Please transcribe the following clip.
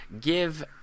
give